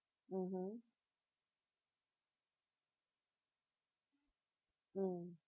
mmhmm mm